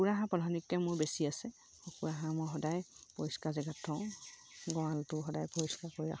কুকুৰা হাঁহ প্ৰধানকৈ মোৰ বেছি আছে কুকুৰা হাঁহ মই সদায় পৰিষ্কাৰ জেগাত থওঁ গঁৰালটো সদায় পৰিষ্কাৰ কৰি ৰাখোঁ